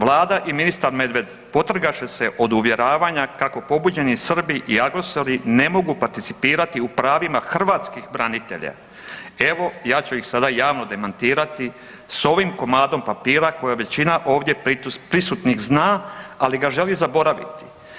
Vlada i ministar Medved potrgaše se od uvjeravanja kako pobuđeni Srbi i agresori ne mogu participirati u pravima hrvatskih branitelja, evo ja ću ih sada javno demantirati s ovim komadom papira, koji većina prisutnih ovdje zna, ali ga želi zaboraviti.